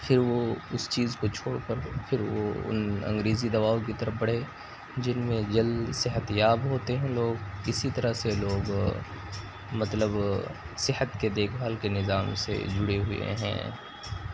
پھر وہ اس چیز کو چھوڑ کر پھر وہ ان انگریزی دواؤں کی طرف بڑھے جن میں جلد صحتیاب ہوتے ہیں لوگ اسی طرح سے لوگ مطلب صحت کے دیکھ بھال کے نظام سے جڑے ہوئے ہیں